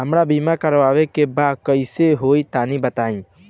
हमरा बीमा करावे के बा कइसे होई तनि बताईं?